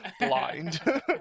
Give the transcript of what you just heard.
blind